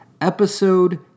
Episode